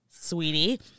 sweetie